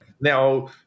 Now